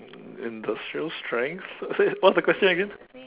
industrial strength what's the question again